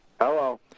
Hello